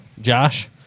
Josh